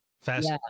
fast